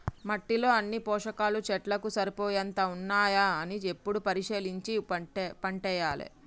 మట్టిలో అన్ని పోషకాలు చెట్లకు సరిపోయేంత ఉన్నాయా అని ఎప్పుడు పరిశీలించి పంటేయాలే